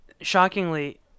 shockingly